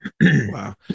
Wow